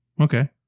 Okay